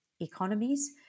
economies